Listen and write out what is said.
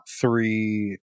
three